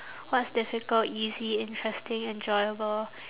what's difficult easy interesting enjoyable